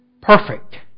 perfect